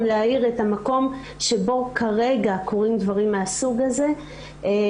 להאיר את המקום שבו כרגע קורים דברים מהסוג הזה,